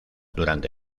durante